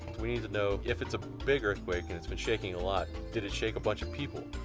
we need to know if it's a big earthquake and it's been shaking a lot. did it shake a bunch of people?